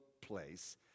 place